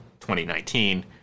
2019